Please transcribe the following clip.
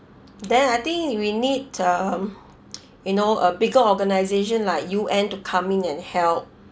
then I think we need um you know a bigger organization like U_N to come in and help